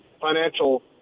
financial